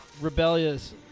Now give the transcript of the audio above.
rebellious